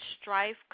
strife